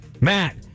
Matt